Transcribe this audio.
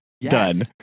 Done